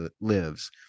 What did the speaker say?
lives